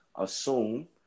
assume